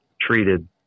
treated